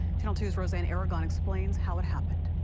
channel two's rose-ann aragon explains how it happened.